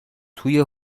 توی